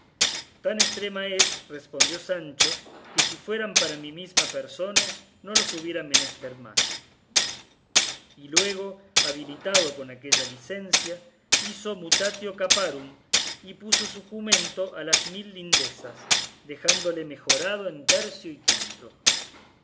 tan estrema es respondió sancho que si fueran para mi misma persona no los hubiera menester más y luego habilitado con aquella licencia hizo mutatio caparum y puso su jumento a las mil lindezas dejándole mejorado en tercio y quinto